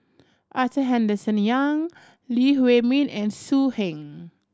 Arthur Henderson Young Lee Huei Min and So Heng